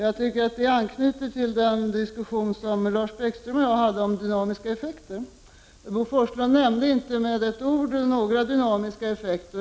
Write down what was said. Jag tycker att detta anknyter till den diskussion som Lars Bäckström och jag hade om dynamiska effekter. Bo Forslund nämnde inte med ett ord dynamiska effekter.